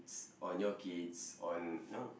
~s on your kids on you know